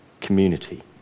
community